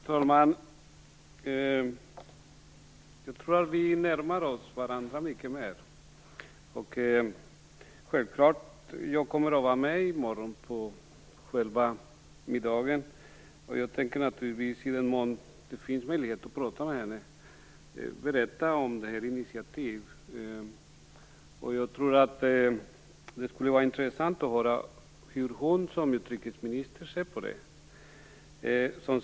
Fru talman! Jag tror att vi närmar oss varandra mer och mer. Självklart kommer jag att vara med i morgon på själva middagen, och jag tänker naturligtvis, i den mån det finns möjlighet att prata med utrikesminister Mejia, berätta om detta initiativ. Jag tror att det skulle vara intressant att höra hur hon som utrikesminister ser på det här.